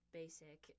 basic